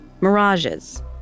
Mirages